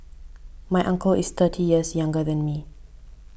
my uncle is thirty years younger than me